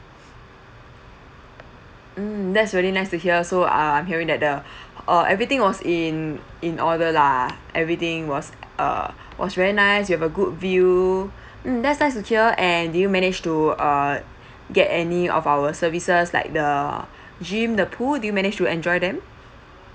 mm that's really nice to hear so uh I'm hearing that the uh everything was in in order lah everything was uh was very nice you have a good view mm that's nice to hear and do you managed to err get any of our services like the gym the pool did you managed to enjoy them